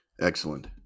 Excellent